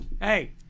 Hey